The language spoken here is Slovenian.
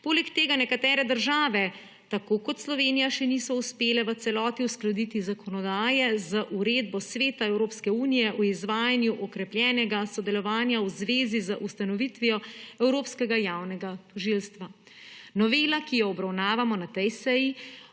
Poleg tega nekatere države, tako kot Slovenija, še niso uspele v celoti uskladiti zakonodaje z Uredbo Sveta Evropske unije o izvajanju okrepljenega sodelovanja v zvezi z ustanovitvijo Evropskega javnega tožilstva. Novela, ki jo obravnavamo na tej seji,